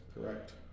Correct